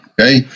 Okay